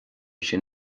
sin